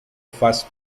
faz